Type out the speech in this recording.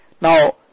Now